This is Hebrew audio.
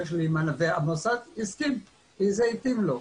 והמוסד הסכים כי זה התאים לו.